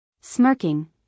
Smirking